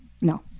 no